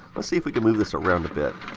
let's see if we can move this around a bit.